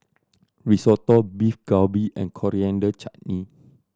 Risotto Beef Galbi and Coriander Chutney